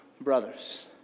brothers